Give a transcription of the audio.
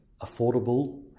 affordable